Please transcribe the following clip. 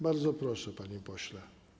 Bardzo proszę, panie pośle.